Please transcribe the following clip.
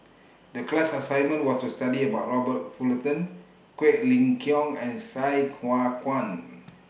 The class assignment was to study about Robert Fullerton Quek Ling Kiong and Sai Hua Kuan